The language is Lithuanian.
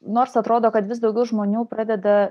nors atrodo kad vis daugiau žmonių pradeda